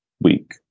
week